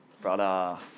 brother